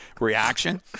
reaction